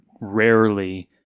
rarely